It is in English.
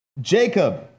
Jacob